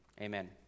amen